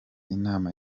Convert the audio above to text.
inama